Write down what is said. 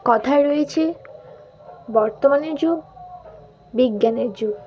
কথায় রয়েছে বর্তমানের যুগ বিজ্ঞানের যুগ